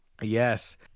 yes